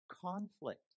conflict